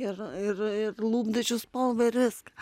ir ir ir lūpdažių spalvą ir viską